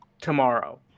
tomorrow